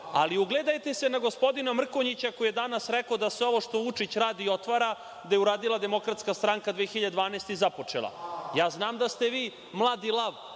ali ugledajte se na gospodina Mrkonjića koji je danas rekao da sve ovo što Vučić radi i otvara, da je uradila DS 2012. godine i započela. Ja znam da ste vi mladi lav